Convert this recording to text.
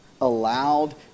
allowed